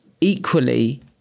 Equally